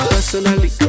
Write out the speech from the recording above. Personally